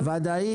ודאי?